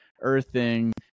earthing